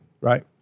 Right